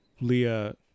Leah